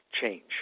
change